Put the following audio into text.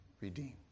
redeemed